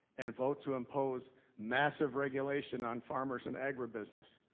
and vote to impose massive regulation on farmers and agribusiness.